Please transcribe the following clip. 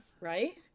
right